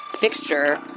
fixture